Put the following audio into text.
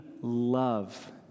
love